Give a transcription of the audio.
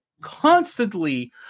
constantly